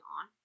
on